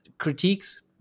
critiques